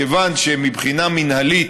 כיוון שמבחינה מינהלית,